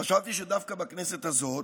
חשבתי שדווקא בכנסת הזאת,